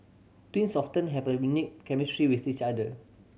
twins often have a unique chemistry with each other